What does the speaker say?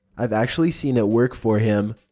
i've actually seen it work for him.